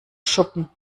schuppen